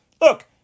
look